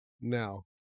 now